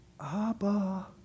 Abba